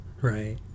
Right